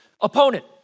opponent